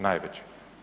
Najveći.